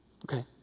Okay